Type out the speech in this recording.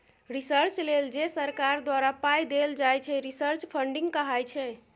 research लेल जे सरकार द्वारा पाइ देल जाइ छै रिसर्च फंडिंग कहाइ छै